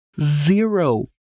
zero